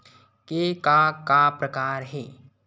के का का प्रकार हे?